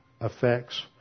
affects